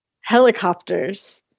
helicopters